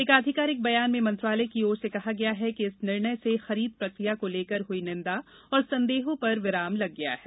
एक आधिकारिक बयान में मंत्रालय की ओर से कहा गया है कि इस निर्णय से खरीद प्रक्रिया को लेकर हुई निंदा और संदेहों पर विराम लग गया है